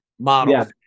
model